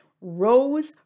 rose